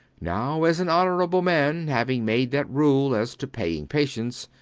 now, as an honorable man, having made that rule as to paying patients,